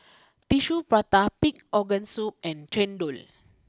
Tissue Prata Pig Organ Soup and Chendol